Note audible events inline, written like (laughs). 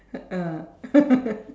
ah (laughs)